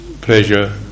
pleasure